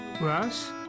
Russ